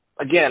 Again